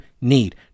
need